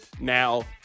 Now